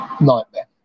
Nightmare